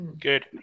good